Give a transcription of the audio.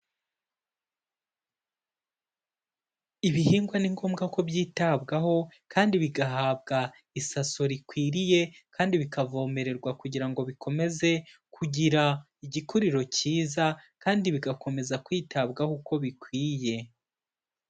Ibihingwa ni ngombwa ko byitabwaho kandi bigahabwa isaso rikwiriye, kandi bikavomererwa kugira ngo bikomeze kugira igikuriro cyiza, kandi bigakomeza kwitabwaho uko bikwiye.